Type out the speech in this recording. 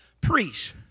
priests